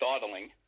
dawdling